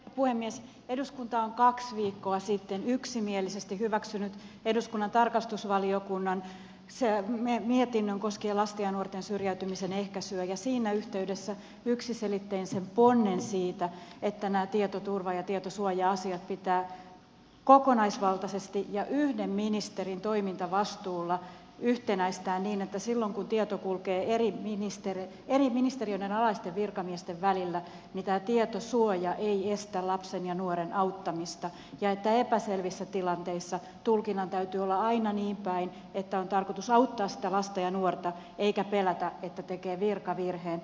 eduskunta on kaksi viikkoa sitten yksimielisesti hyväksynyt eduskunnan tarkastusvaliokunnan mietinnön koskien lasten ja nuorten syrjäytymisen ehkäisyä ja siinä yhteydessä yksiselitteisen ponnen siitä että nämä tietoturva ja tietosuoja asiat pitää kokonaisvaltaisesti ja yhden ministerin toimintavastuulla yhtenäistää niin että silloin kun tieto kulkee eri ministeriöiden alaisten virkamiesten välillä tämä tietosuoja ei estä lapsen ja nuoren auttamista ja että epäselvissä tilanteissa tulkinnan täytyy olla aina niin päin että on tarkoitus auttaa sitä lasta ja nuorta eikä pelätä että tekee virkavirheen